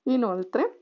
Inoltre